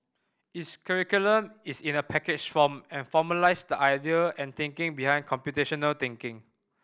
its curriculum is in a packaged form and formalised the idea and thinking behind computational thinking